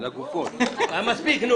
מספיק.